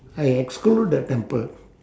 I exclude the temple